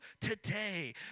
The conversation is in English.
today